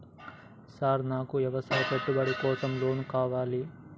Sir నాకు వ్యవసాయ పెట్టుబడి కోసం లోన్ కావాలి?